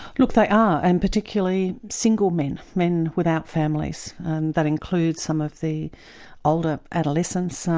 look they are, and particularly single men, men without families, and that includes some of the older adolescents, um